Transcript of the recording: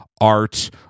art